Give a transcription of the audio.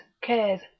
cares